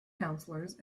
councillors